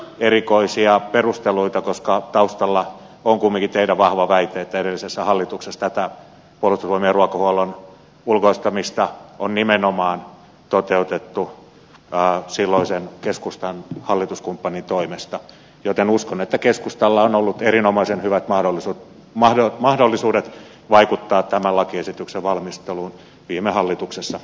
erikoisia perusteluita koska taustalla on kumminkin teidän vahva väitteenne että edellisessä hallituksessa tätä puolustusvoimien ruokahuollon ulkoistamista on nimenomaan toteutettu silloisen keskustan hallituskumppanin toimesta joten uskon että keskustalla on ollut erinomaisen hyvät mahdollisuudet vaikuttaa tämän lakiesityksen valmisteluun viime hallituksessa ollessaan